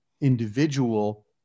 individual